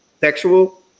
sexual